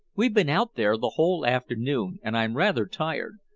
we've been out there the whole afternoon, and i'm rather tired.